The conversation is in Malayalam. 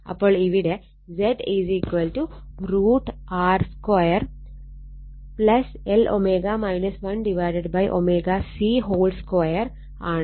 അപ്പോൾ ഇവിടെ Z√R 2 Lω 1ω C 2 ആണ്